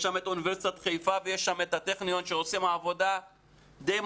יש את אוניברסיטת חיפה ויש את הטכניון שעושים עבודה מדהימה,